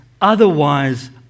Otherwise